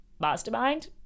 mastermind